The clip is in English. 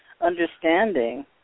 understanding